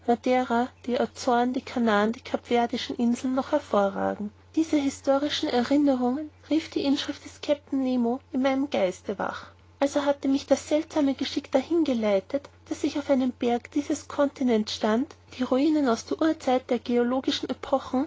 die azoren die kanarien die capverdischen inseln noch hervorragen diese historischen erinnerungen rief die inschrift des kapitäns nemo in meinem geiste wach also hatte mich das seltsamste geschick dahin geleitet daß ich auf einem der berge dieses continents stand die ruinen aus der urzeit der geologischen epochen